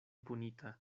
punita